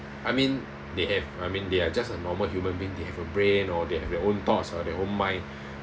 I mean they have I mean they are just a normal human being they have a brain or they have their own thoughts or their own mind